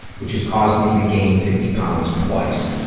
which has caused me to gain fifty pounds twice.